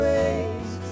ways